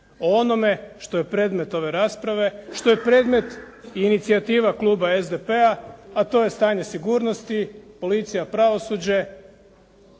o onome što je predmet ove rasprave, što je predmet i inicijativa kluba SDP-a, a to je stanje sigurnosti, policija, pravosuđe.